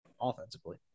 Offensively